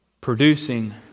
producing